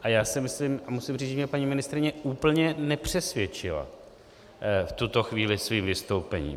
A já si myslím a musím říct, že mě paní ministryně úplně nepřesvědčila v tuto chvíli svým vystoupením.